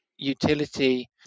utility